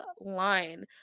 line